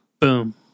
Boom